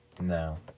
no